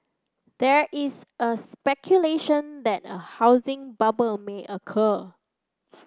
there is a speculation that a housing bubble may occur